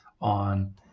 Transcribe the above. on